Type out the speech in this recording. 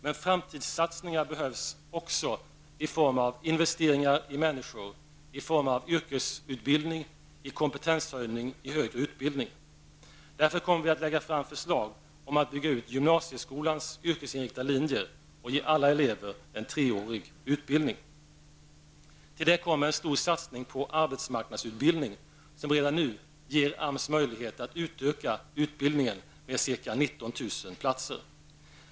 Men framtidssatsningar behövs också i form av investeringar i människor, i form av yrkesutbildning, i kompetenshöjning, i högre utbildning. Därför kommer vi att lägga fram förslag om att bygga ut gymnasieskolans yrkesinriktade linjer och ge alla elever en treårig utbildning. Till det kommer en stor satsning på arbetsmarknadsutbildning, som redan nu ger AMS möjlighet att utöka utbildningen med ca 19 000 platser.